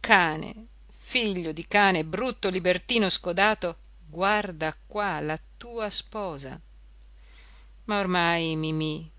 cane figlio di cane brutto libertino scodato guarda qua la tua sposa ma ormai mimì non